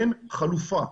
אין חלופה,